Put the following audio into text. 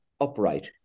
upright